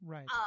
Right